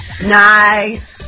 Nice